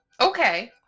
Okay